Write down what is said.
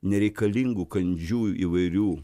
nereikalingų kandžių įvairių